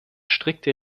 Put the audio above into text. strikte